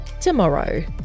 tomorrow